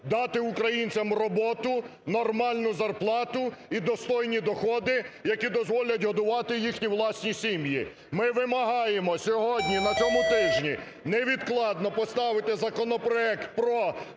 дати українцям роботу, нормальну зарплату і достойні доходи, які дозволять годувати їхні власні сім'ї. Ми вимагаємо сьогодні, на цьому тижні невідкладно поставити законопроект про